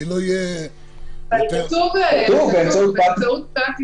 לא אהיה יותר --- כתוב באמצעות רמקול כתוב ב"אמצעות פטיפון,